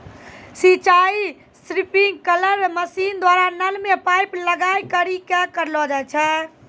सिंचाई sprinkler machine द्वारा नल मे पाइप लगाय करि क करलो जाय छै